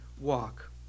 walk